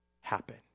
happen